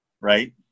Right